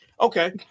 Okay